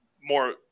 more